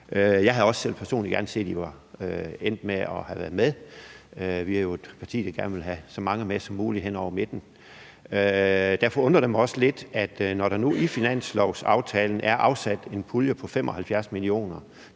Jeg havde personligt også gerne set, at I var endt med at have været med. Vi er jo et parti, der gerne vil have så mange med som muligt hen over midten. Derfor undrer det mig også lidt, når der nu i finanslovsaftalen er afsat en pulje på 75 mio.